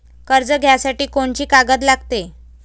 कर्ज घ्यासाठी कोनची कागद लागते?